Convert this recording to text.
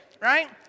Right